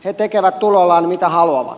he tekevät tuloillaan mitä haluavat